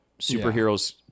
Superheroes